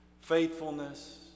faithfulness